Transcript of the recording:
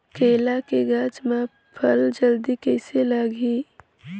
केला के गचा मां फल जल्दी कइसे लगही?